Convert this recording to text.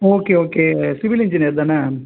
okay okay civil engineer தானே